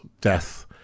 death